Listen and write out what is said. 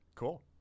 Cool